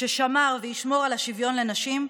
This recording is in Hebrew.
ששמר וישמור על השוויון לנשים,